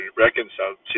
reconciled